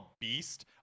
Beast